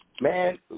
man